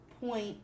point